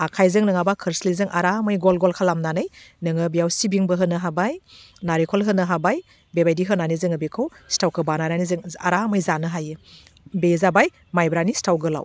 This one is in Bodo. आखाइजों नङाबा खोरस्लिजों आरामै गल गल खालामनानै नोङो बेयाव सिबिंबो होनो हाबाय नारिखल होनो हाबाय बेबायदि होनानै जोङो बेखौ सिथावखौ बानायनानै जों आरामै जानो हायो बे जाबाय माइब्रानि सिथाव गोलाव